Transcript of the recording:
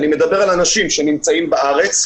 אני מדבר על אנשים שנמצאים בארץ.